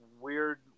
weird